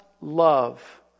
love